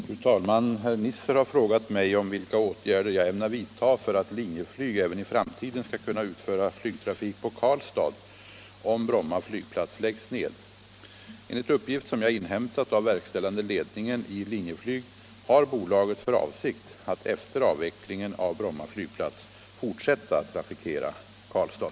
Fru talman! Herr Nisser har frågat mig om vilka åtgärder jag ämnar vidta för att Linjeflyg även i framtiden skall kunna utföra flygtrafik på Karlstad om Bromma flygplats läggs ned. Enligt uppgift som jag inhämtat av verkställande ledningen i Linjeflyg har bolaget för avsikt att efter avvecklingen av Bromma flygplats fortsätta att trafikera Karlstad.